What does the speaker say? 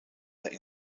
their